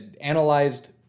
analyzed